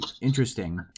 interesting